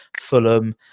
Fulham